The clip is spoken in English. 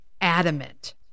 adamant